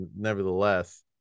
nevertheless